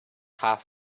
half